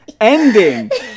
ending